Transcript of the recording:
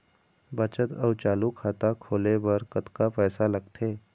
बचत अऊ चालू खाता खोले बर कतका पैसा लगथे?